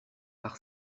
par